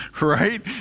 Right